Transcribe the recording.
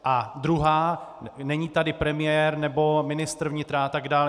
A druhá není tady premiér nebo ministr vnitra atd.